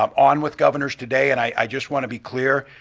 um on with governors today, and i just want to be clear,